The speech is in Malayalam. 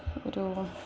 ഒരു